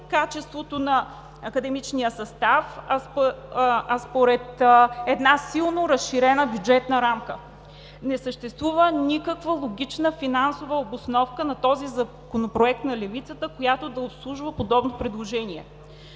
качеството на академичния състав, а според една силно разширена бюджетна рамка. Не съществува никаква логична финансова обосновка на Законопроекта на левицата, която да обслужва подобно предложение,